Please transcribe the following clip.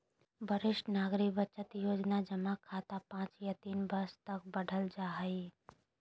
वरिष्ठ नागरिक बचत योजना जमा खाता पांच या तीन वर्ष तक बढ़ल जा हइ